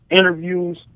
interviews